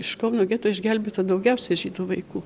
iš kauno geto išgelbėta daugiausiai žydų vaikų